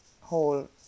whole